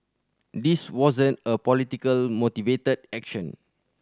this wasn't a politically motivated action